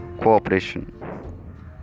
Cooperation